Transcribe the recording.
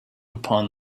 upon